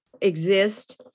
exist